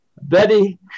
Betty